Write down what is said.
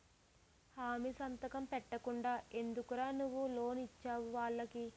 హామీ సంతకం పెట్టకుండా ఎందుకురా నువ్వు లోన్ ఇచ్చేవు వాళ్ళకి